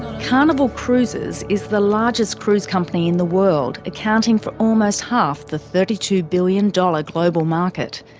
carnival cruises is the largest cruise company in the world, accounting for almost half the thirty two billion dollars global market.